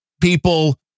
people